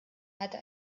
hatte